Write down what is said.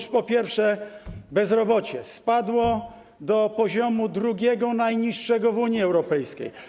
Otóż, po pierwsze, bezrobocie spadło do poziomu drugiego najniższego w Unii Europejskiej.